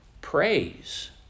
praise